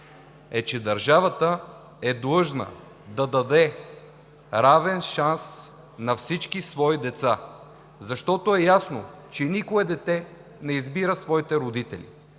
е, че държавата е длъжна да даде равен шанс на всички свои деца, защото е ясно, че никое дете не избира своите родители.